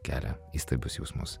kelia įstabius jausmus